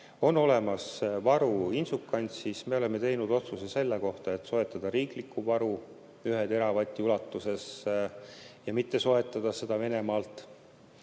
On olemas varu Inčukalnsis. Me oleme teinud otsuse selle kohta, et soetada riiklik varu ühe teravatt[‑tunni] ulatuses ja mitte soetada seda Venemaalt.